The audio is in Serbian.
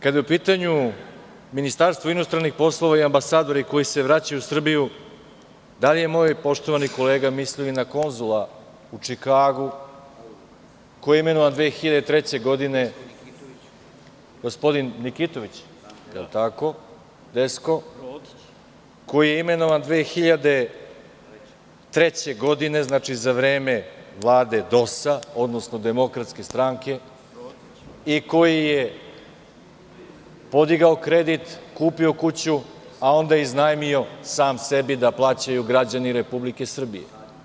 Kada je u pitanju Ministarstvo inostranih poslova i ambasadori koji se vraćaju u Srbiju, da li je moj poštovani kolega mislio i na konzula u Čikagu koji je imenovan 2003. godine, gospodin Nikitović, koji je imenovan 2003. godine, znači za vreme vlade DOS, odnosno DS i koji je podigao kredit, kupio kuću, a onda iznajmio sam sebi da plaćaju građani Republike Srbije.